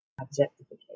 objectification